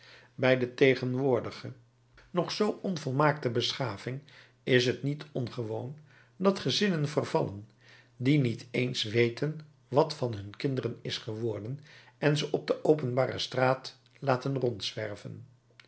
bij de tegenwoordige nog zoo onvolmaakte beschaving is het niet ongewoon dat gezinnen vervallen die niet eens weten wat van hun kinderen is geworden en ze op de openbare straat laten rondzwerven